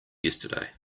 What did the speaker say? yesterday